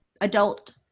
adult